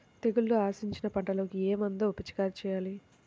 తెగుళ్లు ఆశించిన పంటలకు ఏ మందు పిచికారీ చేయాలి?